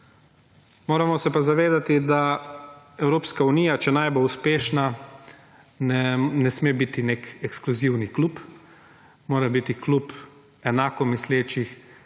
Moramo pa se zavedati, da Evropska unija, če naj bo uspešna, ne sme biti nek ekskluzivni klub, mora biti klub enako mislečih